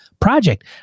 Project